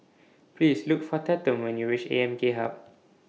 Please Look For Tatum when YOU REACH A M K Hub